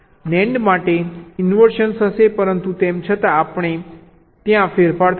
NAND માટે તે inversion હશે પરંતુ તેમ છતાં ફેરફાર થશે